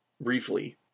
briefly